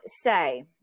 say